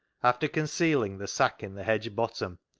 after concealing the sack in the hedge bottom,